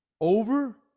over